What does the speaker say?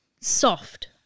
soft